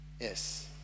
Yes